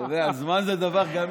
אתה יודע, זמן זה דבר גמיש.